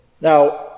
Now